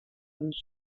und